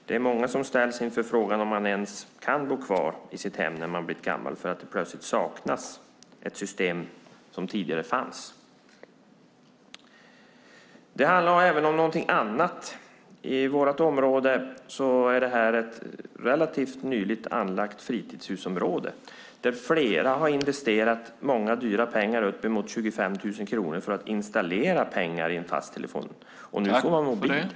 Det är många som ställs inför frågan om de ens kan bo kvar i sina hem när de blivit gamla eftersom det plötsligt saknas ett system som tidigare fanns. Det handlar även om någonting annat. Vårt område är ett relativt nyligen anlagt fritidshusområde där flera har investerat många dyra pengar, uppemot 25 000 kronor, för att installera en fast telefon - och nu får man mobil.